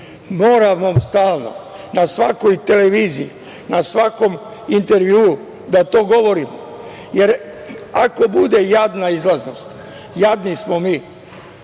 Moramo stalno na svakoj televiziji, na svakom intervjuu da to govorimo, jer ako bude jadna izlaznost, jadni smo mi.